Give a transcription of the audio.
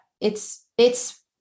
it's—it's